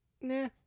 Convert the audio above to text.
nah